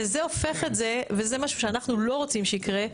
שזה הופך את זה, וזה משהו שאנחנו לא רוצים שייקרה,